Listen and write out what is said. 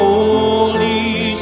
Holy